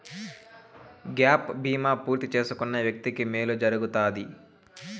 gap బీమా పూర్తి చేసుకున్న వ్యక్తికి మేలు జరుగుతాది